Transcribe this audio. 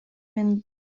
ben